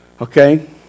Okay